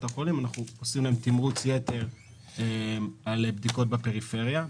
החולים יש תמרוץ יתר לבדיקות בפריפריה.